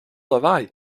lawaai